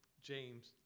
James